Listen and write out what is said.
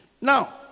Now